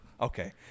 Okay